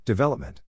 Development